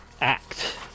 act